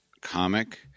comic